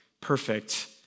perfect